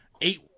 eight